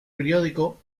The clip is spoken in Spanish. periódico